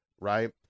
right